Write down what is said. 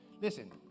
listen